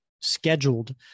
scheduled